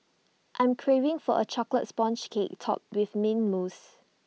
I am craving for A Chocolate Sponge Cake Topped with Mint Mousse